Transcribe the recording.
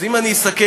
אז אם אני אסכם,